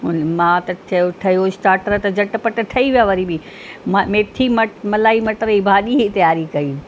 मां त चयो ठाहियो स्टार्टर त झटिपटि ठही विया वरी बि म मेथी मलाई मटर जी भाॼी जी तयारी कई